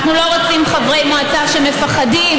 אנחנו לא רוצים חברי מועצה שמפחדים